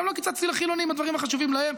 גם לא קיצצתי לחילונים בדברים החשובים להם.